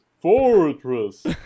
Fortress